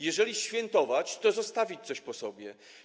Jeżeli świętować, to zostawić coś po sobie.